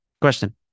Question